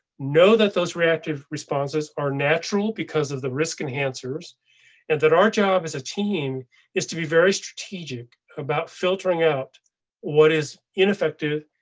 know that those reactive responses are natural because of the risk enhancers and that our job as a team is to be very strategic about filtering out what is ineffective,